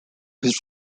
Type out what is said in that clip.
his